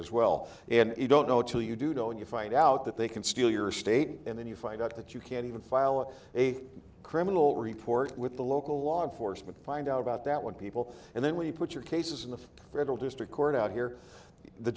as well and you don't go to you do go and you find out that they can steal your state and then you find out that you can't even file a criminal report with the local law enforcement find out about that one people and then we put your cases in the federal district court out here the